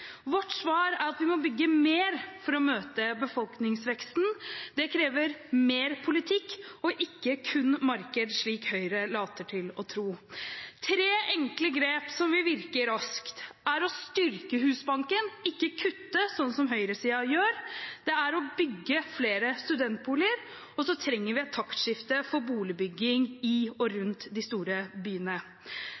Vårt svar er at vi må bygge mer for å møte befolkningsveksten. Det krever mer politikk og ikke kun marked, slik Høyre later til å tro. Tre enkle grep, som vil virke raskt, er å styrke Husbanken, ikke kutte, slik som høyresiden gjør, bygge flere studentboliger, og så trenger vi et taktskifte for boligbygging i og